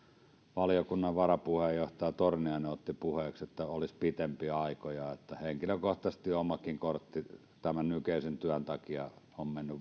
valiokunnan varapuheenjohtaja torniainen otti puheeksi että olisi pitempiä aikoja henkilökohtaisesti omakin kortti tämän nykyisen työn takia on mennyt